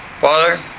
Father